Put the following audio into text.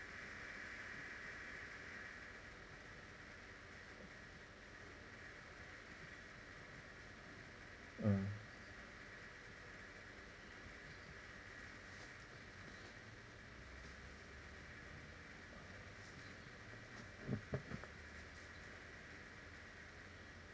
mm